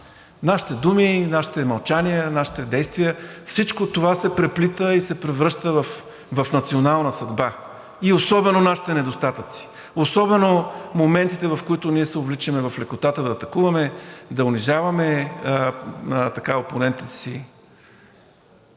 Нашите думи, нашите мълчания, нашите действия – всичко това се преплита и се превръща в национална съдба, и особено нашите недостатъци, особено моментите, в които ние се увличаме в лекотата да атакуваме, да унижаваме опонентите си.